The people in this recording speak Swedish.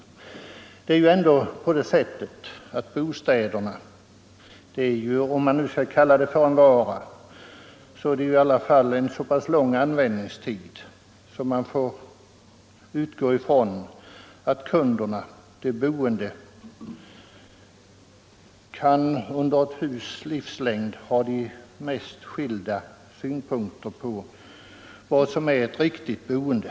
Även om man kallar bostaden för en vara, har den så pass lång användningstid att kunderna — de boende — under husets livstid kan ha de mest skilda synpunkter på vad som är det bästa sättet att bo.